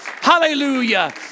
hallelujah